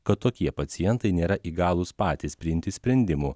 kad tokie pacientai nėra įgalūs patys priimti sprendimų